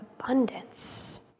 abundance